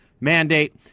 mandate